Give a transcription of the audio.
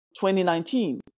2019